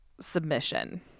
submission